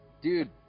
dude